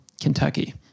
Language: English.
Kentucky